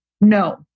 No